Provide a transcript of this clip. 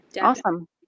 Awesome